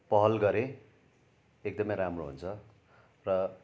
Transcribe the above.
पहल गरे एकदमै राम्रो हुन्छ र